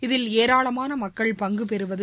இதில் ஏராளமான மக்கள் பங்கு பெறுவது